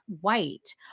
white